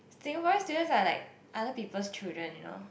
Singaporean students are like other people's children you know